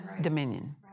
dominion